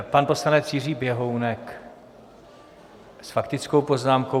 Pan poslanec Jiří Běhounek s faktickou poznámkou.